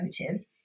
motives